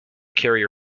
carrier